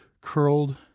curled